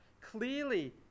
Clearly